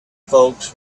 folks